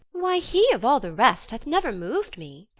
why, he, of all the rest, hath never mov'd me.